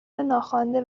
ناخوانده